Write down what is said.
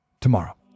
tomorrow